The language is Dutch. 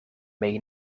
mee